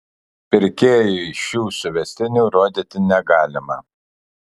pirkėjui šių suvestinių rodyti negalima